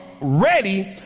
ready